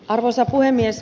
arvoisa puhemies